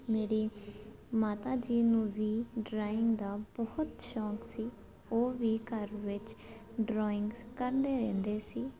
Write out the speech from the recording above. ਮੇਰੀ ਮਾਤਾ ਜੀ ਨੂੰ ਵੀ ਡਰਾਇੰਗ ਦਾ ਬਹੁਤ ਸ਼ੌਂਕ ਸੀ ਉਹ ਵੀ ਘਰ ਵਿੱਚ ਡਰਾਇੰਗਸ ਕਰਦੇ ਰਹਿੰਦੇ ਸੀ